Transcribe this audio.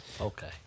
Okay